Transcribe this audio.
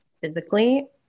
physically